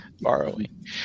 Borrowing